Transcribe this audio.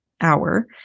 hour